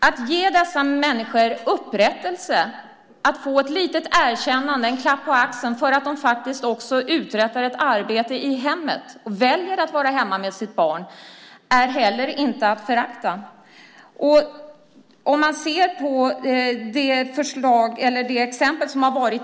Att ge dessa människor som stannar hemma upprättelse, ett litet erkännande, en klapp på axeln för att de uträttar ett arbete i hemmet när de väljer att vara hemma med sitt barn är inte heller att förakta.